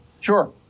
Sure